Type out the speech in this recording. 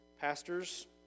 pastors